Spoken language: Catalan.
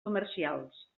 comercials